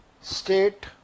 state